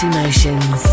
Emotions